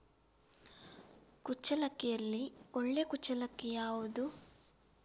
ಕುಚ್ಚಲಕ್ಕಿಯಲ್ಲಿ ಒಳ್ಳೆ ಕುಚ್ಚಲಕ್ಕಿ ಯಾವುದು?